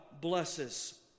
blesses